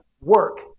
work